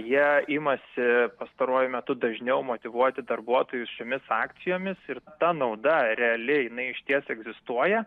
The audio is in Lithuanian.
jie imasi pastaruoju metu dažniau motyvuoti darbuotojus šiomis akcijomis ir ta nauda realiai jinai išties egzistuoja